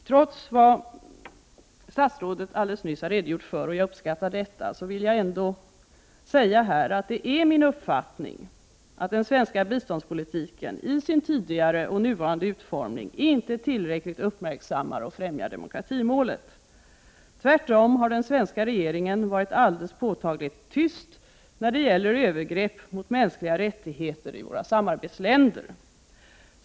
Trots vad statsrådet nyss har redogjort för — jag uppskattar detta — vill jag ändå såsom min uppfattning framföra att den svenska biståndspolitiken i sin tidigare och nuvarande utformning inte tillräckligt uppmärksammar och främjar demokratimålet. Tvärtom har den svenska regeringen varit alldeles påtagligt tyst när det gällt övergrepp mot mänskliga rättigheter i våra samarbetsländer.